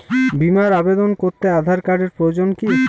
বিমার আবেদন করতে আধার কার্ডের প্রয়োজন কি?